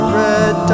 red